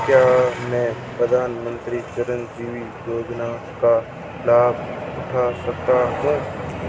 क्या मैं मुख्यमंत्री चिरंजीवी योजना का लाभ उठा सकता हूं?